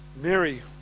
Mary